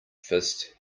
fist